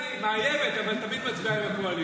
טלי מאיימת, אבל תמיד מצביעה עם הקואליציה.